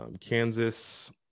Kansas